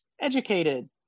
educated